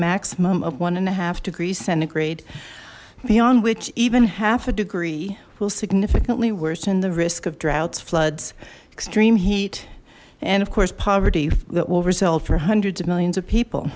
maximum of one and a half degrees centigrade beyond which even half a degree will significantly worsen the risk of droughts floods extreme heat and of course poverty that will result for hundreds of millions of people